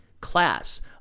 class